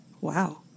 Wow